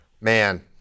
Man